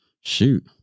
Shoot